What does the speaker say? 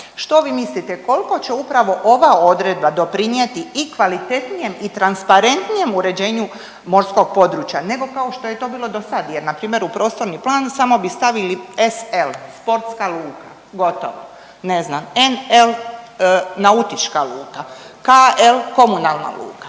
Što vi mislite koliko će upravo ova odredba doprinijeti i kvalitetnijem i transparentnijem uređenju morskog područja nego kao što je to bilo do sad jer npr. u prostorni plan samo bi stavili SL, sportska luka gotovo, ne znam, NL nautička luka, KL komunalna luka?